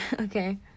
okay